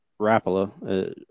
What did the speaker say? Rapala